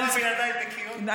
הוא בא בידיים נקיות.